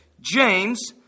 James